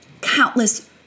countless